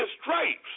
stripes